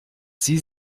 sie